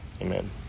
Amen